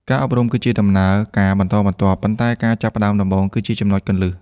ការអប់រំគឺជាដំណើរការបន្តបន្ទាប់ ប៉ុន្តែការចាប់ផ្ដើមដំបូងគឺជាចំណុចគន្លឹះ។